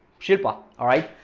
shilpa. alright,